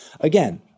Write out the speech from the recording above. Again